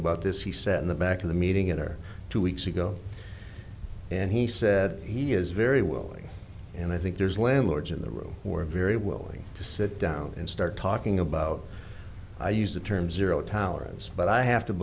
about this he said in the back of the meeting it or two weeks ago and he said he is very willing and i think there's landlords in the room who are very willing to sit down and start talking about i use the term zero tolerance but i have to